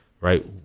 right